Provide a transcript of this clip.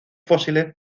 fósiles